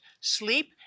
sleep